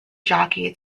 jockey